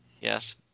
Yes